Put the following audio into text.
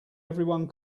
everyone